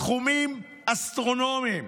סכומים אסטרונומיים.